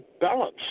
balance